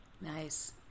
Nice